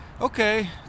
okay